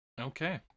Okay